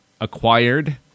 acquired